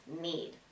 need